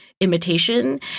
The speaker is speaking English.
imitation